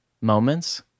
moments